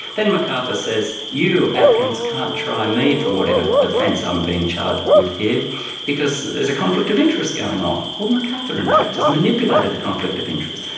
then macarthur says, you, atkins, can't try me for whatever offence i'm being charged with here because there is a conflict of interest going on. well, macarthur in fact has manipulated the conflict of interest.